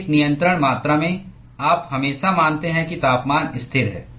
एक नियंत्रण मात्रा में आप हमेशा मानते हैं कि तापमान स्थिर है